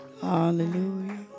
Hallelujah